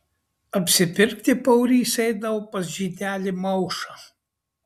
apsipirkti paurys eidavo pas žydelį maušą